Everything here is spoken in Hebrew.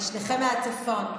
ושניכם מהצפון.